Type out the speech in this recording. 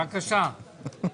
בקשה.